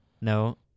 No